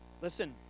Listen